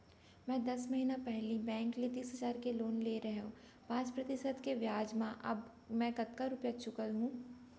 मैं दस महिना पहिली बैंक ले तीस हजार के लोन ले रहेंव पाँच प्रतिशत के ब्याज म अब मैं कतका रुपिया चुका हूँ?